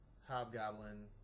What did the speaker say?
hobgoblin